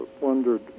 wondered